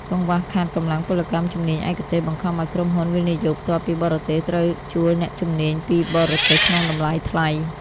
កង្វះខាតកម្លាំងពលកម្មជំនាញឯកទេស បង្ខំឱ្យក្រុមហ៊ុន វិនិយោគផ្ទាល់ពីបរទេស ត្រូវជួលអ្នកជំនាញពីបរទេសក្នុងតម្លៃថ្លៃ។